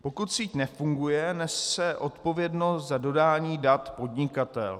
Pokud síť nefunguje, nese odpovědnost za dodání dat podnikatel.